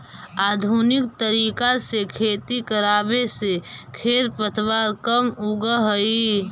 आधुनिक तरीका से खेती करवावे से खेर पतवार कम उगह हई